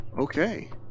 Okay